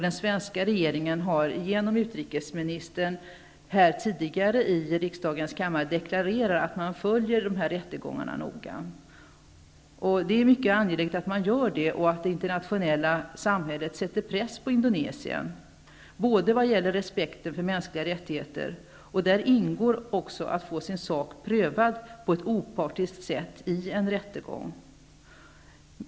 Den svenska regeringen har genom utrikesministern tidigare här i kammaren deklarerat att man följer dessa rättegångar noga. Det är mycket angeläget att man gör det och att det internationella samhället sätter press på Indonesien när det gäller respekten för de mänskliga rättigheterna; i dem ingår också att få sin sak prövad på ett opartiskt sätt i en rättegång.